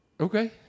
Okay